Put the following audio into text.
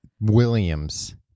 Williams